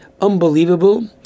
unbelievable